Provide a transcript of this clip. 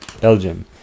Belgium